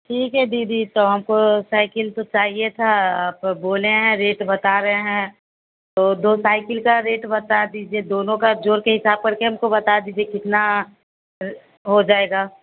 ठीक है दीदी तो हमको साइकिल तो चाहिए था पर बोले हैं रेट बता रहे हैं तो दो साइकिल का रेट बता दीजिए दोनों का जोड़ के हिसाब करके हमको बता दीजिए कितना हो जाएगा